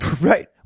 Right